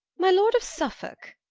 my lord of suffolke,